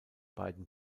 beiden